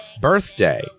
Birthday